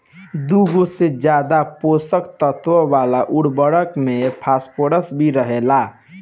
दुगो से ज्यादा पोषक तत्व वाला उर्वरक में फॉस्फोरस भी रहेला